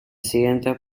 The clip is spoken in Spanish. siguiente